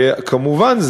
כמובן,